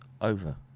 over